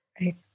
Right